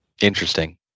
Interesting